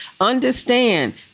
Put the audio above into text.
understand